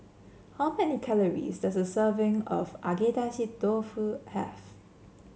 how many calories does a serving of Agedashi Dofu have